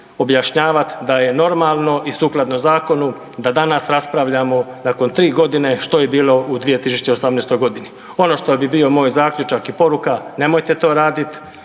objašnjavati da je normalno i sukladno zakonu da danas raspravljamo nakon 3 godine što je bilo u 2018. godini. Ono što bi bio moj zaključak i poruka nemojte to raditi,